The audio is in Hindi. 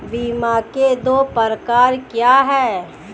बीमा के दो प्रकार क्या हैं?